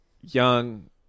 young